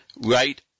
right